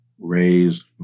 raised